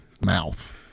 mouth